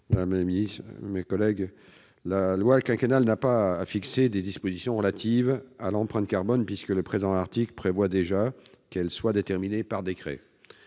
la commission ? La loi quinquennale n'a pas à fixer de dispositions relatives à l'empreinte carbone, puisque le présent article prévoit qu'elles seront déterminées par décret.